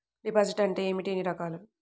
Deposit అంటే ఏమిటీ ఎన్ని రకాలు?